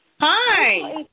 Hi